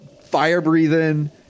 fire-breathing